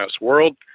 World